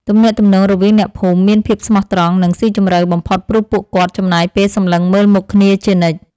ទំនាក់ទំនងរវាងអ្នកភូមិមានភាពស្មោះត្រង់ និងស៊ីជម្រៅបំផុតព្រោះពួកគាត់ចំណាយពេលសម្លឹងមើលមុខគ្នាជានិច្ច។